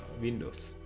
windows